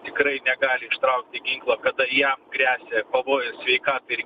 tikrai negali ištraukti ginklo kada jam gresia pavojus sveikatai ir